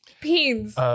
Beans